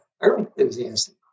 enthusiastic